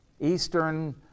Eastern